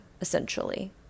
essentially